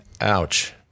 ouch